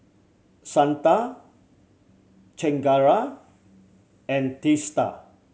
Santha Chengara and Teesta